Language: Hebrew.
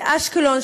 באשקלון,